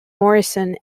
morison